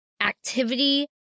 activity